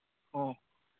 ꯑꯣ